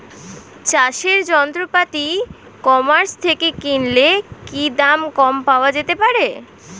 চাষের যন্ত্রপাতি e commerce থেকে কিনলে কি দাম কম পাওয়া যেতে পারে?